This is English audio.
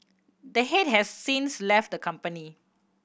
the head has since left the company